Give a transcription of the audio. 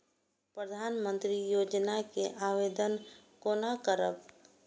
प्रधानमंत्री योजना के आवेदन कोना करब?